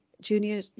junior